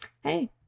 Hey